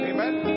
Amen